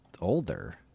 older